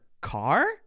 car